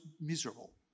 miserable